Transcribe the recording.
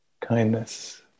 kindness